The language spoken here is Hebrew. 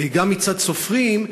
גם מצד סופרים,